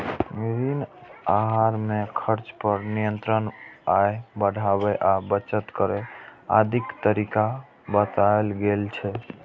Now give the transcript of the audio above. ऋण आहार मे खर्च पर नियंत्रण, आय बढ़ाबै आ बचत करै आदिक तरीका बतायल गेल छै